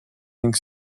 ning